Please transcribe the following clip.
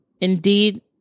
Indeed